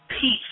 peace